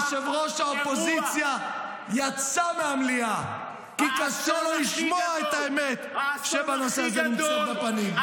ראש האופוזיציה יצא מהמליאה כי קשה לו לשמוע את האמת בנושא הזה בפנים.